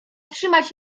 trzymać